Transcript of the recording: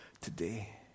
today